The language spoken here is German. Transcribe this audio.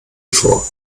vor